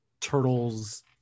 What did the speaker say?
turtles